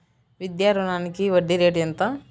విద్యా రుణానికి వడ్డీ రేటు ఎంత?